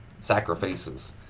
sacrifices